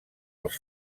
els